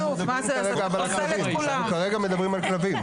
כרגע מדברים על כלבים.